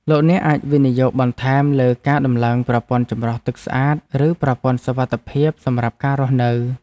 លោកអ្នកអាចវិនិយោគបន្ថែមលើការដំឡើងប្រព័ន្ធចម្រោះទឹកស្អាតឬប្រព័ន្ធសុវត្ថិភាពសម្រាប់ការរស់នៅ។